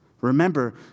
Remember